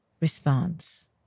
response